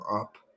up